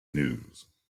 news